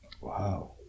wow